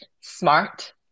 smart